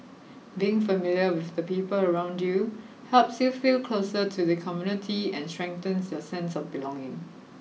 being familiar with the people around you helps you feel closer to the community and strengthens your sense of belonging